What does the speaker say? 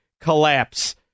collapse